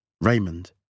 Raymond